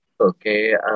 Okay